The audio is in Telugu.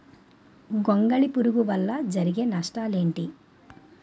గొంగళి పురుగు వల్ల జరిగే నష్టాలేంటి?